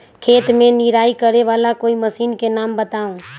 खेत मे निराई करे वाला कोई मशीन के नाम बताऊ?